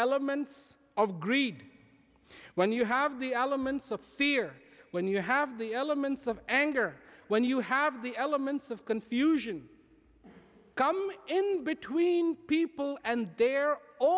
elements of greed when you have the elements of fear when you have the elements of anger when you have the elements of confusion come in between people and their